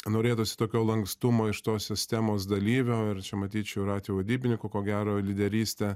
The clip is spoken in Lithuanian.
norėtųsi tokio lankstumo iš to sistemos dalyvio ir čia matyt šiuo ir atveju ir vadybininko ko gero lyderystę